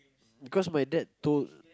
cause my dad told